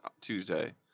Tuesday